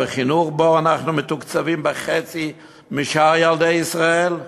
בחינוך שבו אנחנו מתוקצבים בחצי משאר ילדי ישראל?